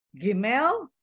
Gimel